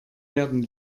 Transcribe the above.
werden